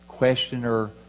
questioner